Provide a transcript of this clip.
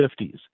1950s